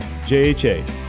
JHA